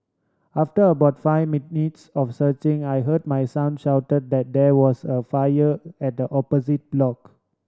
after about five minutes of searching I heard my son shout that there was a fire at the opposite block